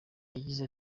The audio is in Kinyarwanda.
yagize